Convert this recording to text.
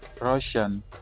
Russian